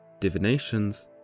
divinations